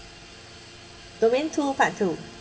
domain two part two